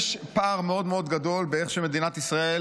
יש פער מאוד מאוד גדול בדרך שבה מדינת ישראל